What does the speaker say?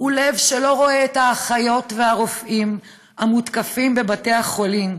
הוא לב שלא רואה את האחיות והרופאים המותקפים בבתי החולים,